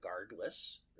regardless